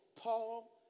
Paul